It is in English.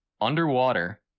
underwater